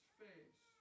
face